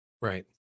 right